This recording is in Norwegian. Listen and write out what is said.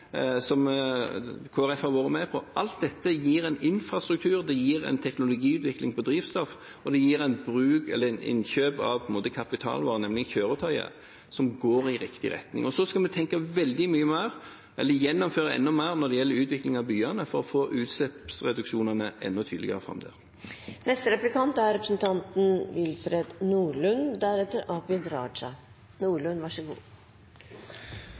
som Kristelig Folkeparti har vært med på. Alt dette gir en infrastruktur, det gir en teknologiutvikling på drivstoff, og det gir innkjøp, på en måte kapital, av kjøretøyer, som går i riktig retning. Og så skal vi gjennomføre enda mye mer når det gjelder utvikling av byene for å få utslippsreduksjonene enda tydeligere fram der.